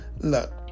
Look